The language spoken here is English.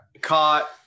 caught